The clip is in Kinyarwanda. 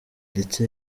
ndetse